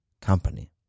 company